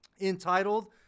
entitled